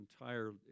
entire